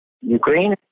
Ukraine